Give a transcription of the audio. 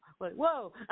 Whoa